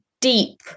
deep